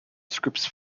scripts